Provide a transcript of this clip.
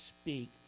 speak